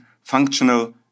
functional